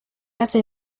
hace